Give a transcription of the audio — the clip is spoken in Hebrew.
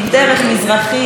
ערבים,